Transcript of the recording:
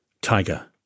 Tiger